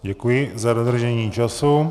Děkuji za dodržení času.